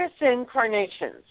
incarnations